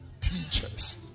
Teachers